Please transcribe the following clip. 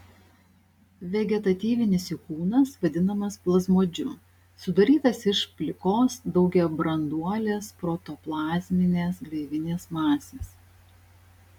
vegetatyvinis jų kūnas vadinamas plazmodžiu sudarytas iš plikos daugiabranduolės protoplazminės gleivinės masės